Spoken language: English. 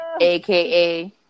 aka